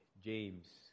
James